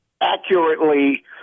accurately